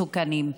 מסוכנים.